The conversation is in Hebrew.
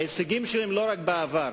ההישגים שלהם הם לא רק בעבר.